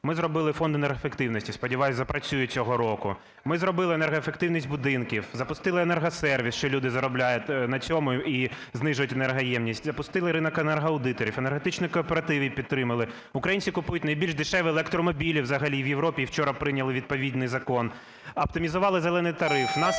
Ми зробили Фонд енергоефективності. Сподіваюся, запрацює цього року. Ми зробили енергоефективність будинків. Запустили енергосервіс, що люди заробляють на цьому і знижують енергоємність. Запустили ринок енергоаудиторів. Енергетичні кооперативи підтримали. Українці купують найбільш дешеві електромобілі взагалі в Європі, і вчора прийняли відповідний закон. Оптимізували "зелений" тариф.